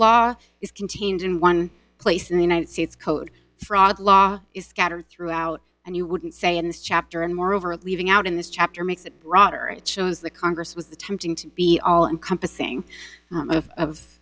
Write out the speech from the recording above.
law is contained in one place in the united states code frog law is scattered throughout and you wouldn't say in this chapter and moreover leaving out in this chapter makes it broader it shows the congress was the tempting to be all encompassing of